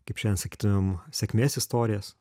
kaip šiandien sakytumėm sėkmės istorijas